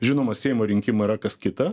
žinoma seimo rinkimai yra kas kita